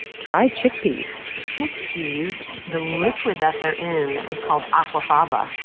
try chickpeas chickpeas the liquid that they're in is called aquafaba.